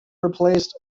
replaced